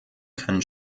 kann